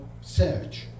search